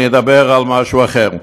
אני אדבר על משהו אחר.